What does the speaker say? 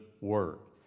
work